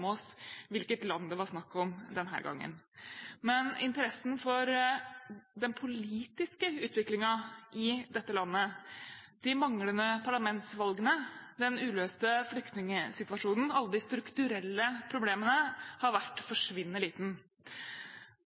gangen. Men interessen for den politiske utviklingen i dette landet, de manglende parlamentsvalgene, den uløste flyktningsituasjonen og alle de strukturelle problemene har vært forsvinnende liten.